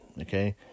okay